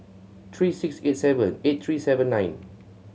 three six eight seven eight three seven nine